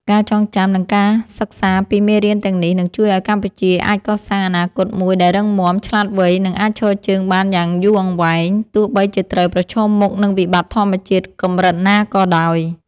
ការចងចាំ និងសិក្សាពីមេរៀនទាំងនេះ នឹងជួយឱ្យកម្ពុជាអាចកសាងអនាគតមួយដែលរឹងមាំ ឆ្លាតវៃ និងអាចឈរជើងបានយ៉ាងយូរអង្វែង ទោះបីជាត្រូវប្រឈមមុខនឹងវិបត្តិធម្មជាតិកម្រិតណាក៏ដោយ។